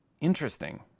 interesting